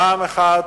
פעם אחת,